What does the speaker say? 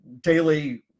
daily